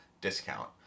discount